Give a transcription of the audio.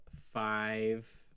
five